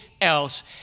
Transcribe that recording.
else